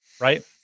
Right